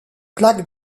plaques